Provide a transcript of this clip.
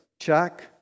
Check